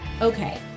Okay